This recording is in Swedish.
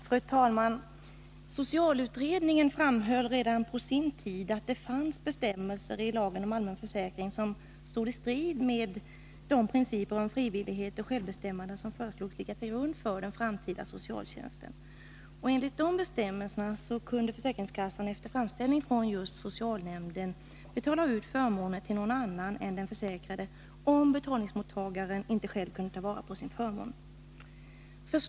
Fru talman! Socialutredningen framhöll redan på sin tid att det fanns bestämmelser i lagen om allmän försäkring som stod i strid med de principer om frivillighet och självbestämmande som föreslogs ligga till grund för den framtida socialtjänsten. Enligt de bestämmelserna kunde försäkringskassan efter framställning från just socialnämnden betala ut förmåner till någon annan än den försäkrade, om betalningsmottagaren inte själv kunde ta vara Nr 33 på sin förmån.